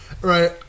Right